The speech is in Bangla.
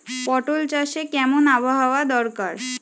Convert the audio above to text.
পটল চাষে কেমন আবহাওয়া দরকার?